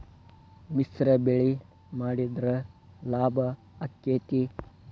ಮಿಶ್ರ ಬೆಳಿ ಮಾಡಿದ್ರ ಲಾಭ ಆಕ್ಕೆತಿ?